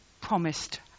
promised